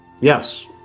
Yes